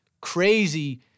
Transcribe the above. crazy